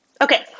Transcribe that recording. Okay